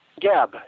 Gab